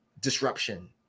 disruption